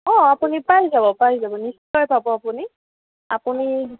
অঁ আপুনি পাই যাব পাই যাব নিশ্চয় পাব আপুনি আপুনি